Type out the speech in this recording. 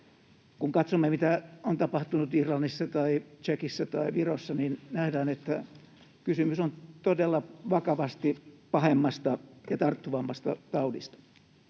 Kun katsomme, mitä on tapahtunut Irlannissa tai Tšekissä tai Virossa, niin nähdään, että kysymys on todella vakavasti pahemmasta ja tarttuvammasta taudista.